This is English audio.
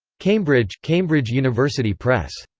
cambridge cambridge university press.